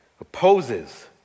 opposes